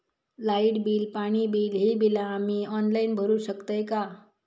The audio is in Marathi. लाईट बिल, पाणी बिल, ही बिला आम्ही ऑनलाइन भरू शकतय का?